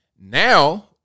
Now